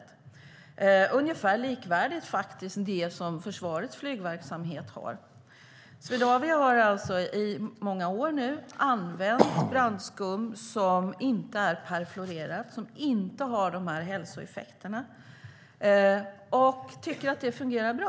De är ungefär likvärdiga med de krav försvarets flygverksamhet har. Swedavia har alltså i många år använt brandskum som inte är perfluorerat och inte har de här hälsoeffekterna, och man tycker att det fungerar bra.